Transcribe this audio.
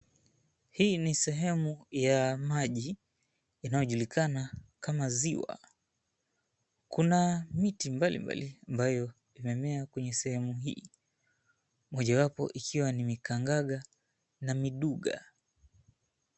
Hii ni sehemu ya maji inayojulikana kama ziwa. Kuna miti mbalimbali ambayo imemea kwenye sehemu hii. Mojawapo ikiwa ni mikangaga na miduga.